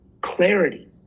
clarity